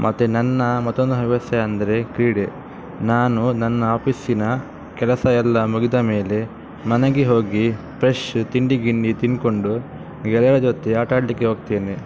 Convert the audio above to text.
ಮತ್ತು ನನ್ನ ಮತ್ತೊಂದು ಹವ್ಯಾಸ ಎಂದರೆ ಕ್ರೀಡೆ ನಾನು ನನ್ನ ಆಫೀಸಿನ ಕೆಲಸ ಎಲ್ಲ ಮುಗಿದ ಮೇಲೆ ಮನೆಗೆ ಹೋಗಿ ಫ್ರೆಶ್ಶ ತಿಂಡಿ ಗಿಂಡಿ ತಿನ್ಕೊಂಡು ಗೆಳೆಯರ ಜೊತೆ ಆಟಾಡಲಿಕ್ಕೆ ಹೋಗ್ತೇನೆ